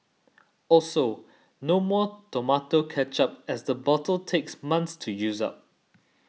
also no more tomato ketchup as a bottle takes months to use up